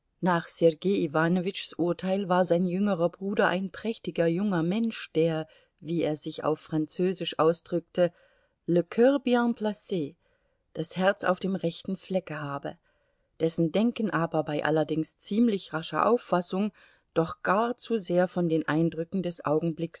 nach sergei iwanowitschs urteil war sein jüngerer bruder ein prächtiger junger mensch der wie er sich auf französisch ausdrückte le cur bien plac das herz auf dem rechten flecke habe dessen denken aber bei allerdings ziemlich rascher auffassung doch gar zu sehr von den eindrücken des augenblicks